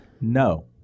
No